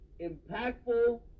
impactful